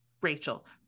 Rachel